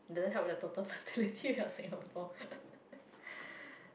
it doesn't have with the total ferility of Singapore